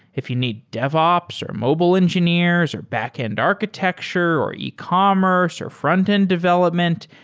if you need devops, or mobile engineers, or backend architecture, or ecommerce, or frontend development,